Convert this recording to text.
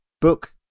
book